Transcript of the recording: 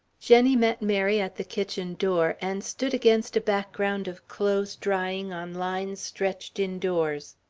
jenny met mary at the kitchen door and stood against a background of clothes drying on lines stretched indoors.